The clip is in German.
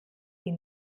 die